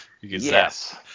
Yes